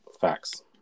Facts